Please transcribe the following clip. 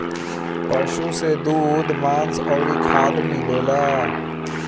पशु से दूध, मांस अउरी खाद मिलेला